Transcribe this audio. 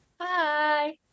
Hi